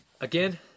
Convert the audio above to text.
Again